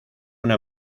una